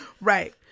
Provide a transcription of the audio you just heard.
Right